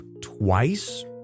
twice